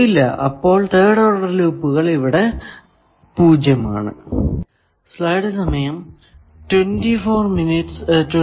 ഇല്ല അപ്പോൾ third order ലൂപ്പുകൾ ഇവിടെ 0 ആണ്